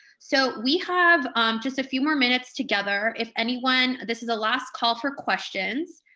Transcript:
so we have just a few more minutes together, if anyone, this is a last call for questions.